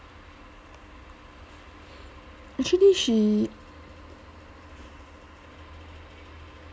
actually she